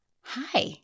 hi